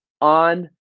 on